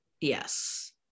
Yes